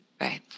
Right